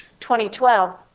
2012